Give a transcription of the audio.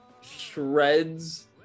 shreds